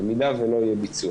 במידה ואין ביצוע